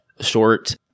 short